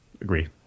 agree